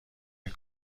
این